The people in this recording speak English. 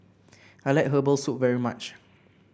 I like Herbal Soup very much